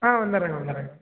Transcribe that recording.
ஆ வந்துடுறேங்க வந்துடுறேங்க